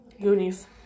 Goonies